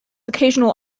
occasional